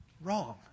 wrong